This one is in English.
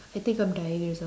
I think I'm dying rizlan